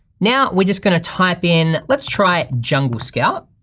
now we're just gonna type in, let's try jungle scout.